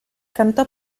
cantò